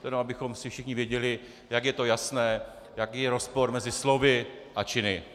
To jenom abychom všichni věděli, jak je to jasné, Jaký je rozpor mezi slovy a činy.